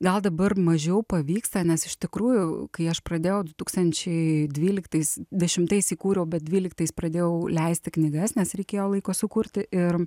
gal dabar mažiau pavyksta nes iš tikrųjų kai aš pradėjau du tūkstančiai dvyliktais dešimtais įkūriau bet dvyliktais pradėjau leisti knygas nes reikėjo laiko sukurti ir